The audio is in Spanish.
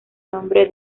nombre